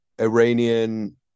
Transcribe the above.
Iranian